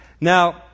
Now